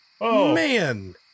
man